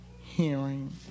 hearing